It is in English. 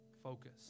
focus